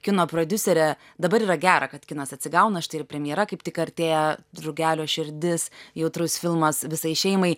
kino prodiuserė dabar yra gera kad kinas atsigauna štai ir premjera kaip tik artėja drugelio širdis jautrus filmas visai šeimai